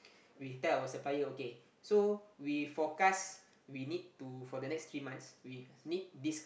we tell our supplier okay so we forecast we need to for the next three months we need this